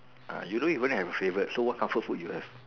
uh you don't even have a favourite so what comfort food you have